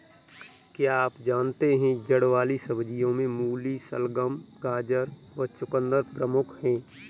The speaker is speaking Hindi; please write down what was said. क्या आप जानते है जड़ वाली सब्जियों में मूली, शलगम, गाजर व चकुंदर प्रमुख है?